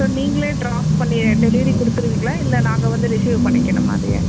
so நீங்களே drop பண்ணி delivery கொடுத்துருவீங்களா இல்லை நாங்கள் வந்து ரிஸிவ் பண்ணிக்கணுமா அதைய